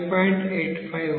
ఇది గంటల్లో ఉంటుంది